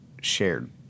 shared